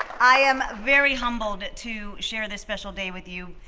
i am very humbled to share this special day with you,